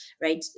right